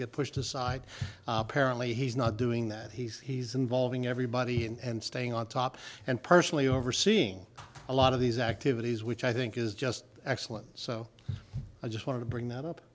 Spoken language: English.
get pushed aside apparently he's not doing that he's involving everybody and staying on top and personally overseeing a lot of these activities which i think is just excellent so i just wanted to bring that up